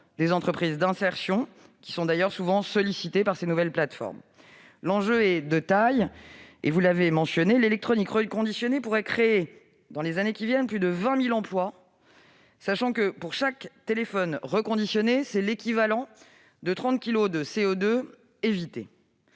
des entreprises d'insertion, qui sont d'ailleurs souvent sollicitées par ces nouvelles plateformes. L'enjeu est de taille, comme vous l'avez rappelé. L'électronique reconditionnée pourrait créer dans les années à venir plus de 20 000 emplois, sachant que, pour chaque téléphone reconditionné, c'est l'équivalent de 30 kilogrammes de CO2 évités.